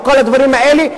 וכל הדברים האלה,